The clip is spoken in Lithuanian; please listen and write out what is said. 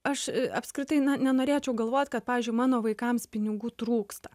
aš apskritai nenorėčiau galvot kad pavyzdžiui mano vaikams pinigų trūksta